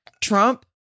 Trump